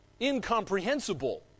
incomprehensible